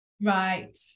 Right